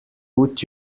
put